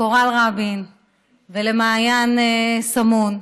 לקורל רבין ולמעיין סמון,